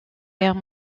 guerre